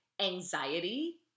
anxiety